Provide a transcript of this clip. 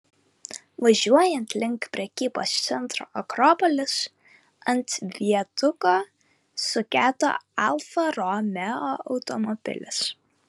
važiuojant link prekybos centro akropolis ant viaduko sugedo alfa romeo automobilis